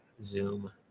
Zoom